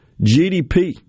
GDP